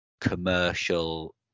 commercial